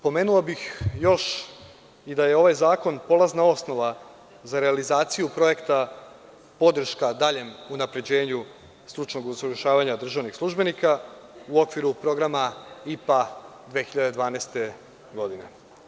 Pomenuo bih još i da je ovaj zakon polazna osnova za realizaciju Projekta podrške daljem unapređenju stručnog usavršavanja državnih službenika u okviru Programa IPA 2012. godine.